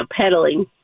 peddling